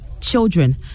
Children